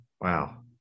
Wow